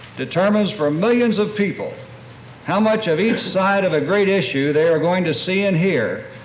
determines for millions of people how much of each side of a great issue they are going to see and hear,